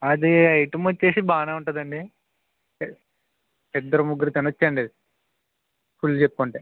అది ఐటెం వచ్చి బాగానే ఉంటుందండి ఇద్దరు ముగ్గురు తినచ్చండి అది ఫుల్ చెప్పుకుంటే